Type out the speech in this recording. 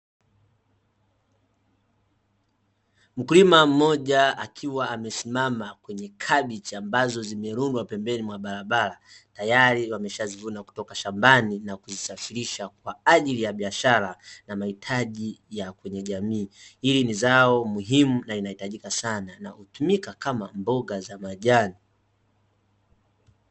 Mkulima mmoja akiwa amesimama kwenye kambichi ambazo zimerundwa pembeni mwa barabara, tayari wameshazivuna kutoka shambani na kuzisafirisha kwa ajili ya biashara na mahitaji ya kwenye jamii. Hili ni zao muhimu na inahitajika sana na kutumika kama mboga za majani.